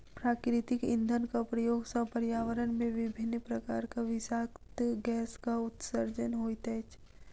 प्राकृतिक इंधनक प्रयोग सॅ पर्यावरण मे विभिन्न प्रकारक विषाक्त गैसक उत्सर्जन होइत अछि